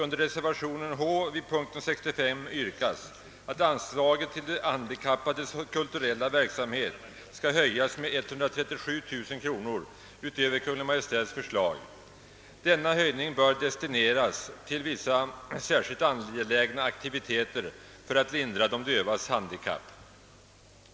I reservationen H 1 vid punkten 65 yrkas att anslaget till de handikappades kulturella verksamhet skall höjas med 137 000 kronor utöver Kungl. Maj:ts förslag. Denna höjning bör destineras till vissa särskilt angelägna aktiviteter för att lindra de dövas handikapp.